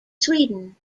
sweden